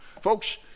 Folks